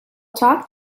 talk